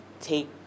take